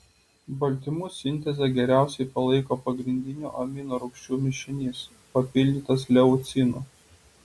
baltymų sintezę geriausiai palaiko pagrindinių aminorūgščių mišinys papildytas leucinu